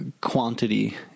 quantity